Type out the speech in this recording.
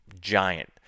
giant